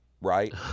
right